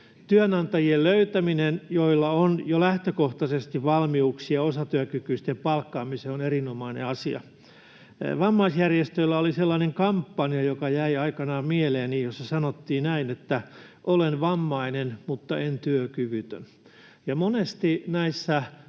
Työnantajien, joilla jo lähtökohtaisesti on valmiuksia osatyökykyisten palkkaamiseen, löytäminen on erinomainen asia. Vammaisjärjestöillä oli sellainen kampanja, joka jäi aikanaan mieleeni ja jossa sanottiin näin, että ”olen vammainen, mutta en työkyvytön”. Monesti